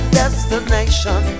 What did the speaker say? destination